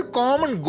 common